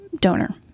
donor